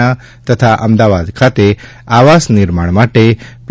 ના અમદાવાદ ખાતે આવાસ નિર્માણ માટે રૂ